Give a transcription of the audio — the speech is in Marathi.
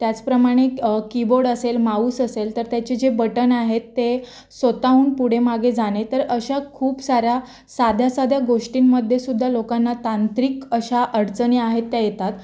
त्याचप्रमाणे कीबोड असेल माऊस असेल तर त्याचे जे बटन आहेत ते स्वतःहून पुढे मागे जाणे तर अशा खूप सार्या साध्या साध्या गोष्टींमध्येसुद्धा लोकांना तांत्रिक अशा अडचणी आहेत त्या येतात